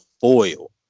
foil